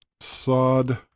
sod